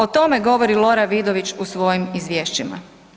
O tome govori Lora Vidović u svojim izvješćima.